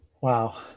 Wow